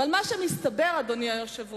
אבל מה שמסתבר, אדוני היושב-ראש,